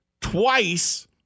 twice